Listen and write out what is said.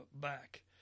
back